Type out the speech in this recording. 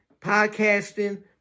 podcasting